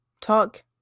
talk